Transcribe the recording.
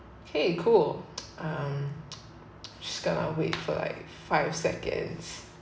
okay cool just gonna wait for like five seconds